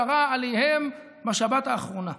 קרא עליהם בשבת האחרונה.